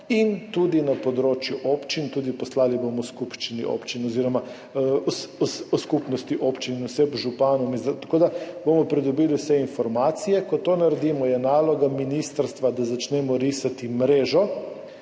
in tudi na področju občin – poslali bomo tudi Skupnosti občin in oseb, županom, tako da bomo pridobili vse informacije – ko to naredimo, je naloga ministrstva, da začnemo risati mrežo,